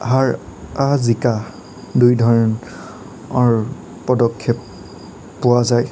হাৰ হৰা জিকা দুই ধৰণ অঁৰ পদক্ষেপ পোৱা যায়